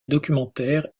documentaire